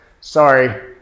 sorry